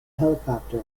helicopter